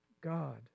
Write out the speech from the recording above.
God